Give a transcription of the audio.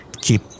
Keep